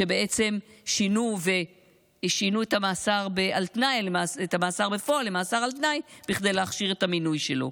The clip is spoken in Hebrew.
כשבעצם שינו את המאסר בפועל למאסר על תנאי כדי להכשיר את המינוי שלו.